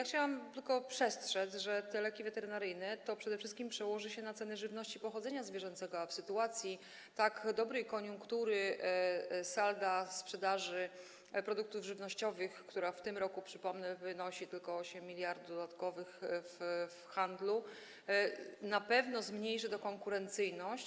Chciałabym przestrzec, że jeśli chodzi o leki weterynaryjne, to przede wszystkim przełoży się to na ceny żywności pochodzenia zwierzęcego, a w sytuacji tak dobrej koniunktury salda sprzedaży produktów żywnościowych, która wynosi w tym roku, przypomnę, tylko 8 mld dodatkowych w handlu, na pewno zmniejszy to konkurencyjność.